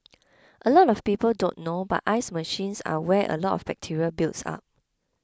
a lot of people don't know but ice machines are where a lot of bacteria builds up